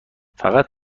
فقط